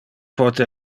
pote